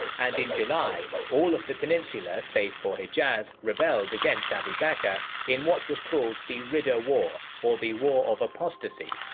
and in july all of the peninsula save for hijaz rebelled against abu bakr in what was called the ridda war or the war of apostasy,